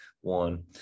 one